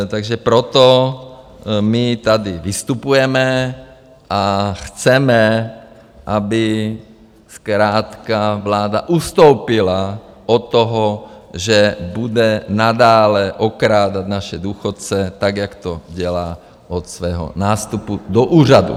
Takže proto my tady vystupujeme a chceme, aby zkrátka vláda ustoupila od toho, že bude nadále okrádat naše důchodce tak, jak to dělá od svého nástupu do úřadu.